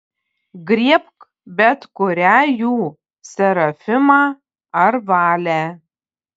griebk bet kurią jų serafimą ar valę